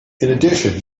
addition